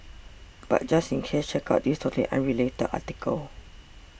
but just in case check out this totally unrelated article